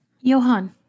Johan